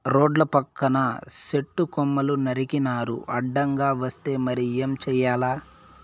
రోడ్ల పక్కన సెట్టు కొమ్మలు నరికినారు అడ్డంగా వస్తే మరి ఏం చేయాల